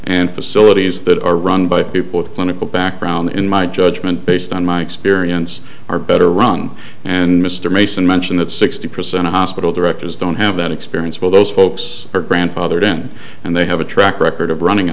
and facilities that are run by people with clinical background in my judgment based on my experience are better wrong and mr mason mentioned that sixty percent of hospital directors don't have that experience while those folks are grandfathered in and they have a track record of running a